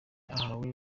ahawe